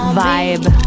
vibe